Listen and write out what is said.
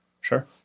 Sure